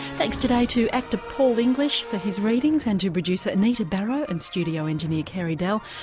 thanks today to actor paul english for his readings and to producer anita barraud and studio engineer carey dell.